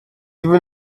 even